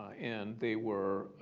and they were,